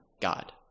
God